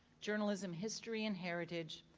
journalism history and heritage,